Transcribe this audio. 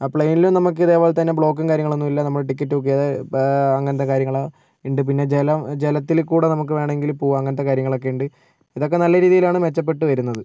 പ്ലൈനിലും നമുക്ക് ഇതേപോലെ തന്നെ ബ്ലോക്കും കാര്യങ്ങളൊന്നും ഇല്ല നമ്മൾ ടിക്കറ്റ് ബുക്ക് ചെയ്താൽ അങ്ങനത്തെ കാര്യങ്ങൾ ഉണ്ട് പിന്നെ ജലം ജലത്തിലെ കൂടി നമുക്ക് വേണമെങ്കില് പോകാം അങ്ങനത്തെ കാര്യങ്ങൾ ഒക്കെയുണ്ട് ഇതൊക്കെ നല്ല രീതിയിലാണ് മെച്ചപ്പെട്ട് വരുന്നത്